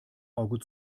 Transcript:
auge